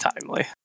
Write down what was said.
timely